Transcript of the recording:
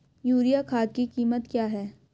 Urea खाद की कीमत क्या है?